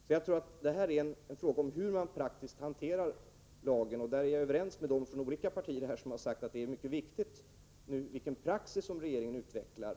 Det hela är en fråga om hur man praktiskt hanterar lagen, och jag är överens med de företrädare för olika partier som har sagt att det är mycket viktigt vilken praxis regeringen nu utvecklar.